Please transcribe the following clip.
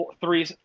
Three